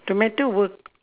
tomato work